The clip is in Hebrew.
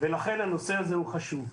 ולכן הנושא הזה הוא חשוב.